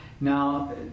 now